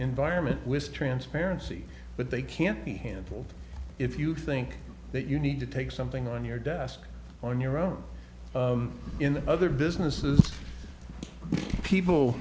environment with transparency but they can't be handled if you think that you need to take something on your desk on your own in other businesses people